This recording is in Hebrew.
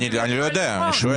שאלה מאוד טובה.